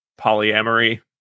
polyamory